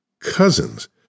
cousins